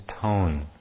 tone